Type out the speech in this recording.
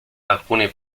alcuni